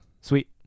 Sweet